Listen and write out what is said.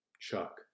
Chuck